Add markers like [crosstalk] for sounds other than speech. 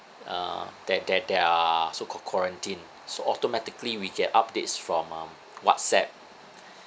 uh that that that are so called quarantined so automatically we get updates from um WhatsApp [breath]